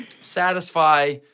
satisfy